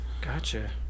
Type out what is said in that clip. gotcha